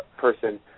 person